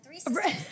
three